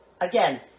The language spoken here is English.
again